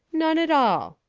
none at all,